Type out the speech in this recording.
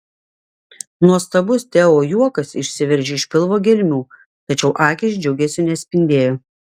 nuostabus teo juokas išsiveržė iš pilvo gelmių tačiau akys džiugesiu nespindėjo